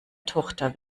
tochter